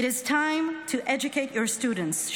It is time to educate your students,